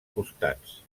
costats